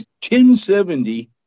1070